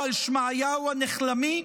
ועל שמעיהו הַנֶחֱלָמִי?